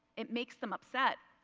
it makes them upset.